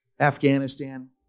Afghanistan